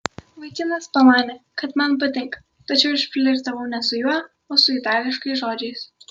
vaikinas pamanė kad man patinka tačiau aš flirtavau ne su juo o su itališkais žodžiais